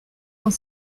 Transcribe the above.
dans